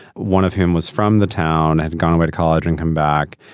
one of whom was from the town, had gone away to college and come back.